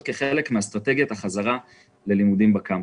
כחלק מאסטרטגית החזרה ללימודים בקמפוס.